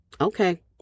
Okay